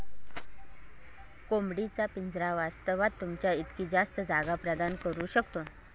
कोंबडी चा पिंजरा वास्तवात, तुमच्या इतकी जास्त जागा प्रदान करू शकतो